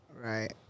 Right